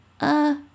Uh